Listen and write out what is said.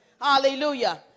Hallelujah